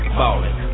falling